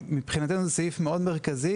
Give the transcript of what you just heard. מבחינתנו זהו סעיף מאוד מרכזי,